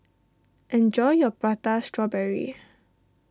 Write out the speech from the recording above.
enjoy your Prata Strawberry